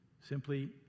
simply